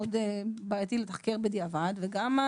מאוד בעייתי לתחקר בדיעבד וגם,